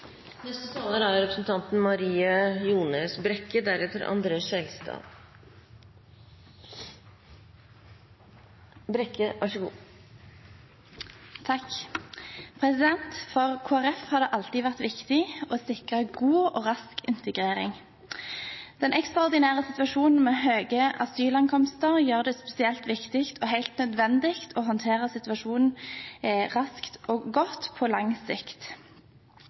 For Kristelig Folkeparti har det alltid vært viktig å sikre god og rask integrering. Den ekstraordinære situasjonen med høye asylankomster gjør det spesielt viktig og helt nødvendig å håndtere situasjonen raskt og godt på lang sikt.